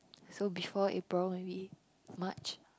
so before April maybe March